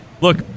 Look